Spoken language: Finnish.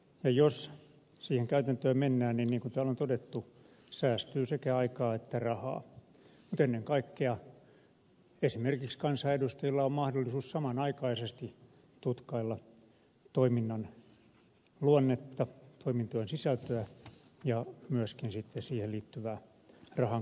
ja jos siihen käytäntöön mennään niin kuin täällä on todettu säästyy sekä aikaa että rahaa mutta ennen kaikkea esimerkiksi kansanedustajilla on mahdollisuus samanaikaisesti tutkailla toiminnan luonnetta toimintojen sisältöä ja myöskin siihen liittyvää rahankäyttöä